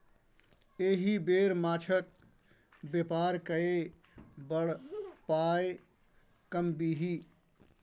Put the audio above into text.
एहि बेर माछक बेपार कए बड़ पाय कमबिही